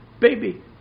baby